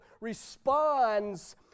responds